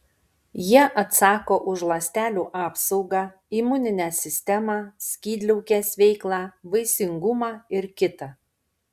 jie atsako už ląstelių apsaugą imuninę sistemą skydliaukės veiklą vaisingumą ir kita